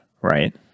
right